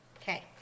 Okay